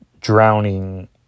drowning